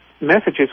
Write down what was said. messages